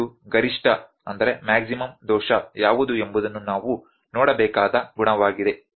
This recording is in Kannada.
ಇದು ಗರಿಷ್ಠ ದೋಷ ಯಾವುದು ಎಂಬುದನ್ನು ನಾವು ನೋಡಬೇಕಾದ ಗುಣವಾಗಿದೆ